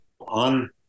on